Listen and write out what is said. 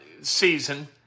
season